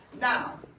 Now